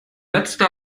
letzte